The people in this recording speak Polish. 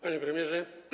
Panie Premierze!